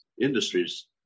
industries